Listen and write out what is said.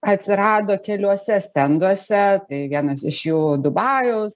atsirado keliuose stenduose tai vienas iš jų dubajaus